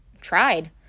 tried